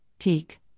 peak